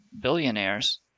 billionaires